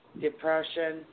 depression